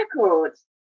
Records